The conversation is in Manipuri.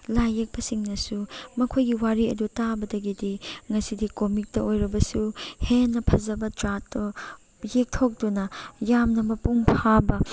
ꯂꯥꯏ ꯌꯦꯛꯄꯁꯤꯡꯅꯁꯨ ꯃꯈꯣꯏ ꯋꯥꯔꯤ ꯑꯗꯨ ꯇꯥꯕꯗꯒꯤꯗꯤ ꯉꯁꯤꯗꯤ ꯀꯣꯃꯤꯛꯇ ꯑꯣꯏꯔꯕꯁꯨ ꯍꯦꯟꯅ ꯐꯖꯕ ꯆꯥꯠꯇꯨ ꯌꯦꯛꯌꯣꯛꯇꯨꯅ ꯌꯥꯝꯅ ꯃꯄꯨꯡ ꯐꯥꯕ